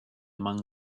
among